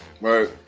Right